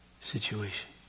situation